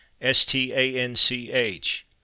S-T-A-N-C-H